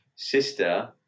sister